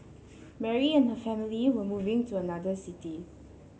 Mary and her family were moving to another city